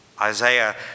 Isaiah